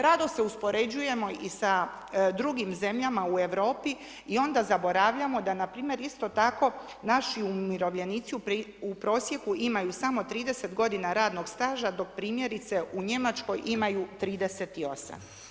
Rado se uspoređujemo i sa drugim zemljama u Europi, i onda zaboravljamo da npr. isto tako naši umirovljenici isto tako u prosjeku imaju samo 30 g. radnog staža, dok primjerice u Njemačkoj imaju 38.